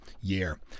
year